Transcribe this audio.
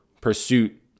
pursuit